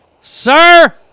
Sir